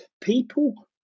people